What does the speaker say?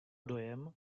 dojem